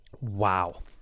Wow